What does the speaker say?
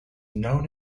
known